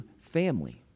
family